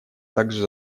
также